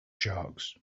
sharks